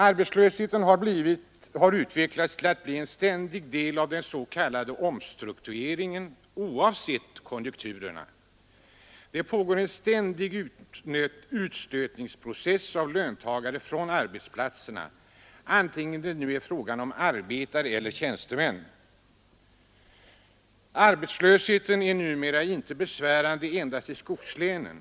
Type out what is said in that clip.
Arbetslösheten har utvecklats till att bli en ständig del av den s.k. omstruktureringen oavsett konjunkturerna. Det pågår en ständig utstötning av löntagare från arbetsplatserna vare sig det nu är fråga om arbetare eller tjänstemän. Numera är arbetslöshet besvärande inte enbart i skogslänen.